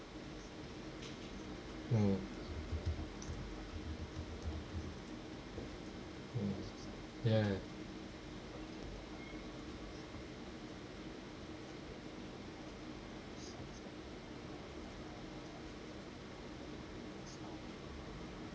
mm mm ya